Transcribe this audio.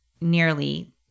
nearly –